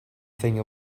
thing